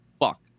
fuck